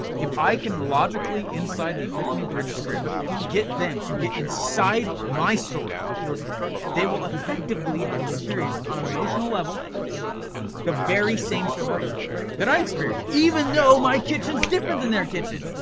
if i can logically inside the epiphany bridge script get them to get inside my story they will effectively have experienced on an emotional level the very same story that i experienced. even though my kitchen's different than their kitchen.